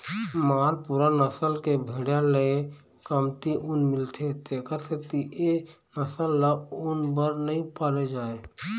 मालपूरा नसल के भेड़िया ले कमती ऊन मिलथे तेखर सेती ए नसल ल ऊन बर नइ पाले जाए